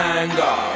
anger